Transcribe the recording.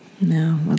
no